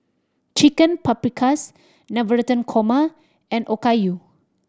Chicken Paprikas Navratan Korma and Okayu